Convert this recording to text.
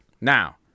Now